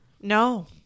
No